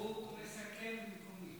והוא מסכם.